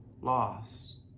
loss